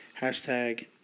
Hashtag